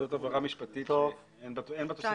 זאת הבהרה משפטית שבין בה תוספת.